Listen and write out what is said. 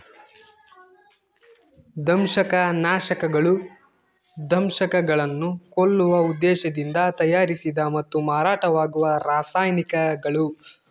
ದಂಶಕನಾಶಕಗಳು ದಂಶಕಗಳನ್ನು ಕೊಲ್ಲುವ ಉದ್ದೇಶದಿಂದ ತಯಾರಿಸಿದ ಮತ್ತು ಮಾರಾಟವಾಗುವ ರಾಸಾಯನಿಕಗಳು